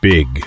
Big